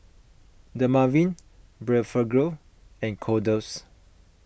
Dermaveen Blephagel and Kordel's